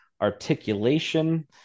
articulation